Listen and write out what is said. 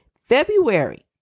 February